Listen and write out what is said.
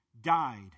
died